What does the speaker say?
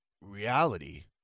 reality